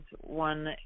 One